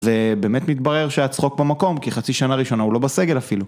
זה באמת מתברר שהצחוק במקום, כי חצי שנה ראשונה הוא לא בסגל אפילו.